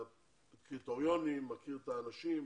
הקריטריונים, מכיר את האנשים.